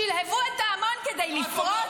שלהבו את ההמון כדי לפרוץ